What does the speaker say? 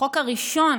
החוק הראשון